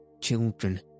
children